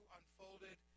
unfolded